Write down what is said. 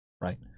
right